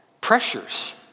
Pressures